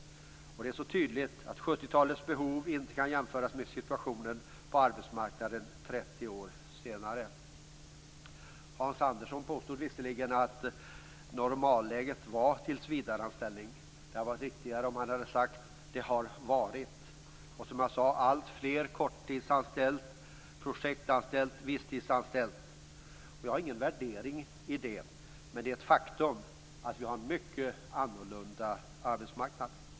Det är så tydligt att 70-talets behov inte kan jämföras med situationen på arbetsmarknaden 30 år senare. Hans Andersson påstod visserligen att normalläget var tillsvidareanställning. Det hade varit bättre om han hade sagt att det har varit normalläget. Som jag sade är det alltfler som korttidsanställs, projektanställs och visstidsanställs. Jag gör ingen värdering av detta, men det är ett faktum att vi har en mycket annorlunda arbetsmarknad.